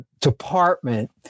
department